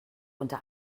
unter